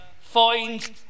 find